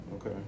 okay